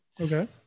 Okay